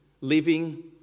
living